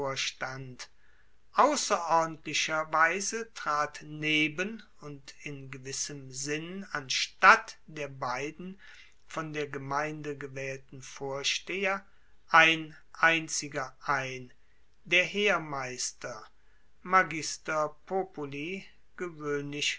ausserordentlicher weise trat neben und in gewissem sinn anstatt der beiden von der gemeinde gewaehlten vorsteher ein einziger ein der heermeister magister populi gewoehnlich